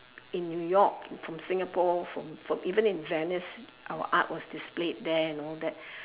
in New York from singapore from from even in Venice our art was displayed there and all that